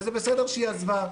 וזה בסדר שהיא עזבה,